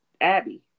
Abby